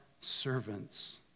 servants